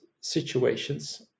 situations